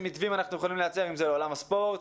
מתווים אנחנו יכולים לייצר ובין היתר גם לעולם הספורט.